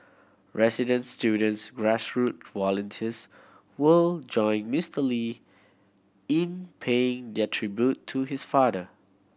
residents students volunteers will join Mister Lee in paying their tribute to his father